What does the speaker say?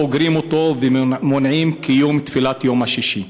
סוגרים אותו ומונעים קיום תפילת יום שישי.